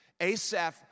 Asaph